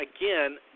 again